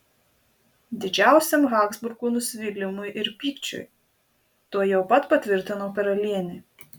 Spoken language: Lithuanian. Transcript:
didžiausiam habsburgų nusivylimui ir pykčiui tuojau pat patvirtino karalienė